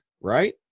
right